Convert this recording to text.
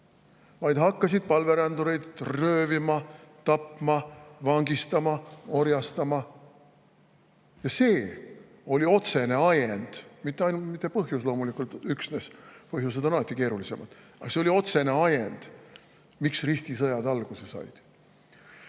nad hakkasid palverändureid röövima, tapma, vangistama, orjastama. See oli otsene ajend, mitte loomulikult põhjus, põhjused on alati keerulisemad. Aga see oli otsene ajend, miks ristisõjad alguse said.